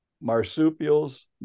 Marsupials